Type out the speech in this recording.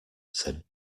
said